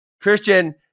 christian